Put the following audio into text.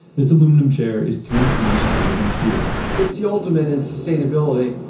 this aluminum chair is three times stronger than steel it's the ultimate in sustainability,